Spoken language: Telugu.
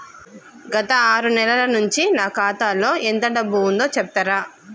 గత ఆరు నెలల నుంచి నా ఖాతా లో ఎంత డబ్బు ఉందో చెప్తరా?